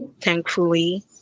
thankfully